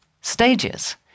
stages